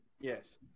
Yes